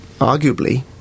arguably